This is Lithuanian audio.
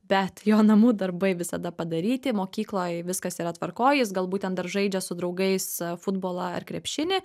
bet jo namų darbai visada padaryti mokykloj viskas yra tvarkoj jis galbūt ten dar žaidžia su draugais futbolą ar krepšinį